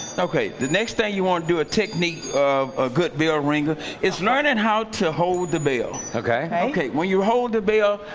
so the next thing you want to do a technique of ah good bell ah ringing is learning how to hold the bell. okay. when you hold the bell,